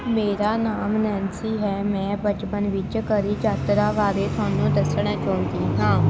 ਮੇਰਾ ਨਾਮ ਨੈਨਸੀ ਹੈ ਮੈਂ ਬਚਪਨ ਵਿੱਚ ਕਰੀ ਯਾਤਰਾ ਬਾਰੇ ਤੁਹਾਨੂੰ ਦੱਸਣਾ ਚਾਹੁੰਦੀ ਹਾਂ